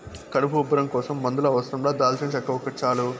కడుపు ఉబ్బరం కోసం మందుల అవసరం లా దాల్చినచెక్క ఒకటి చాలు